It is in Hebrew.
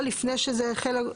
לא לפני שזה החל,